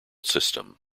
system